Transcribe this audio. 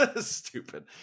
stupid